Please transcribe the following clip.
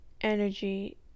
Energy